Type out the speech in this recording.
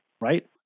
Right